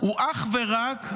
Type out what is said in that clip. הוא אך ורק,